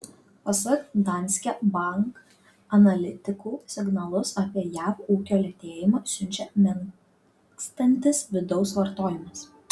pasak danske bank analitikų signalus apie jav ūkio lėtėjimą siunčia menkstantis vidaus vartojimas